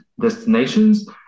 destinations